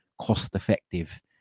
cost-effective